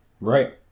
Right